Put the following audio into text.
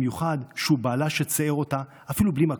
ובמיוחד כשהוא בעלה שציער אותה, אפילו בלי מכות.